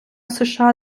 сша